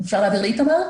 אפשר להעביר לאיתמר?